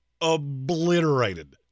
obliterated